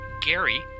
Gary